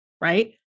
Right